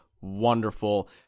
wonderful